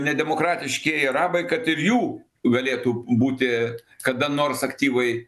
ne demokratiškieji arabai kad ir jų galėtų būti kada nors aktyvai